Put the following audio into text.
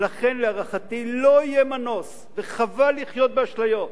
לכן, להערכתי, לא יהיה מנוס, וחבל לחיות באשליות,